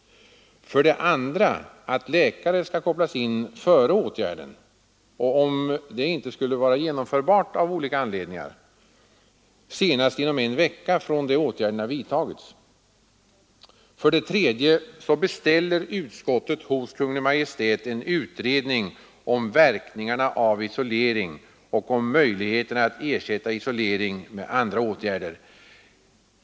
För det andra skall läkare kopplas in före åtgärden och, om det inte skulle vara genomförbart av olika anledningar, senast inom en vecka från det åtgärden vidtas. För det tredje beställer utskottet hos Kungl. Maj:t en utredning om verkningarna av isolering och om möjligheterna att ersätta isolering med andra åtgärder.